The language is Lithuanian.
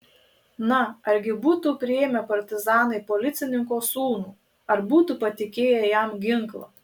na argi būtų priėmę partizanai policininko sūnų ar būtų patikėję jam ginklą